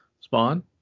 Spawn